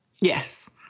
Yes